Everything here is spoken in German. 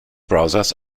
browsers